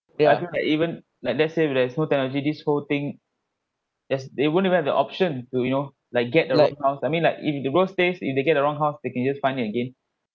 eh arjun like even like let's say if there's no technology this whole thing there's it wouldn't have have the option to you know like get the wrong house I mean like in the days if they get the wrong house they can just find it again